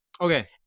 okay